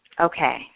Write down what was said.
Okay